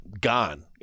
Gone